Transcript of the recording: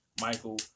Michael